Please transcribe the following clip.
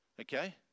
Okay